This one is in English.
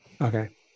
Okay